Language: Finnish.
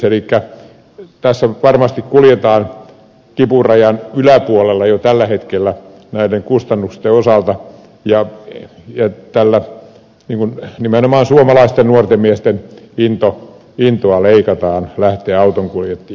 elikkä tässä varmasti kuljetaan kipurajan yläpuolella jo tällä hetkellä näiden kustannusten osalta ja tällä nimenomaan suomalaisten nuorten miesten intoa leikataan lähteä autonkuljettajaksi